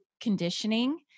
conditioning